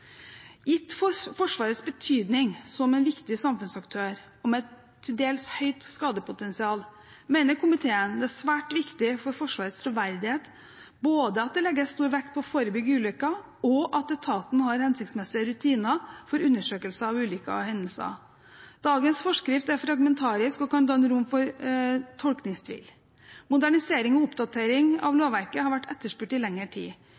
Gitt Forsvarets betydning som en viktig samfunnsaktør med et til dels høyt skadepotensial mener komiteen det er svært viktig for Forsvarets troverdighet både at det legges stor vekt på å forebygge ulykker, og at etaten har hensiktsmessige rutiner for undersøkelser av ulykker og hendelser. Dagens forskrift er fragmentarisk og kan gi rom for tolkningstvil. Modernisering og oppdatering av lovverket har vært etterspurt i lengre tid.